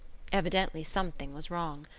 evidently something was wrong.